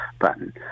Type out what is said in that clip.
button